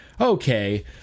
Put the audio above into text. okay